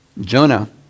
Jonah